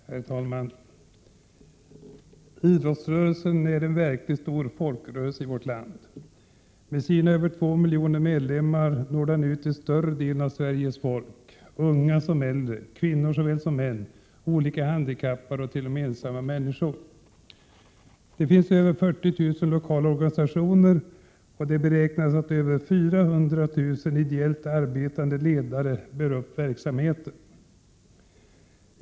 Herr talman! Idrottsrörelsen är en verkligt stor folkrörelse i vårt land. Med sina över 2 miljoner medlemmar når den ut till större delen av Sveriges folk — unga som äldre, kvinnor som män, olika handikappade och ensamma människor. Det finns över 40 000 lokala organisationer. Det beräknas att över 400 000 ideellt arbetande ledare bär upp verksamheten.